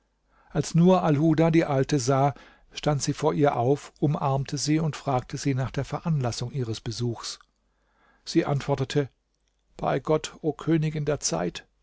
als nur alhuda die alte sah stand sie vor ihr auf umarmte sie und fragte sie nach der veranlassung ihres besuchs sie antwortete bei gott o königin der zeit